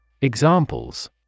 Examples